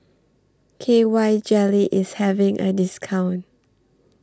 K Y Jelly IS having A discount